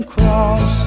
Cross